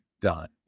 done